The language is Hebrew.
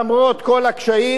למרות כל הקשיים,